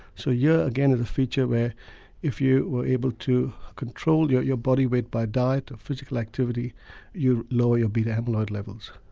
so here again is a feature where if you were able to control your your body weight by diet or physical activity you lower your beta amyloid levels.